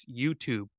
YouTube